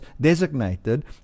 designated